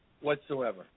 whatsoever